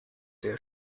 der